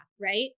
right